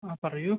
ആ പറയൂ